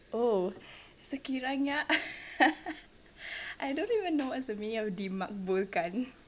oh sekiranya I don't even know what's the meaning of dimakbulkan